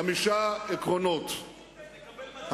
חמישה עקרונות: אתה מפר, הממשלה.